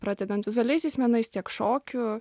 pradedant vizualiaisiais menais tiek šokiu